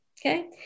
Okay